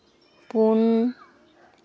ᱯᱩᱱ